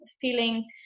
feeling